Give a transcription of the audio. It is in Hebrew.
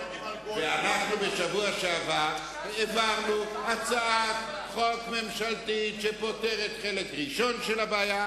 ואנחנו בשבוע שעבר העברנו הצעת חוק ממשלתית שפותרת חלק ראשון של הבעיה,